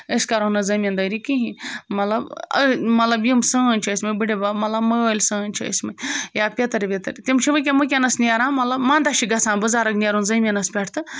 أسۍ کَرٕہو نہٕ زٔمیٖندٲری کِہیٖنۍ مطلب مطلب یِم سٲنۍ چھِ أسۍ مٕتۍ بٔڈِ بَب مطلب مٲلۍ سٲنۍ چھِ ٲسۍمٕتۍ یا پٮ۪تٕر وٮ۪تٕر تِم چھِ وٕنکٮ۪ن وٕنکٮ۪نَس نیران مطلب منٛدَچھ چھِ گژھان بُزرٕگ نیرُن زٔمیٖنَس پٮ۪ٹھ تہٕ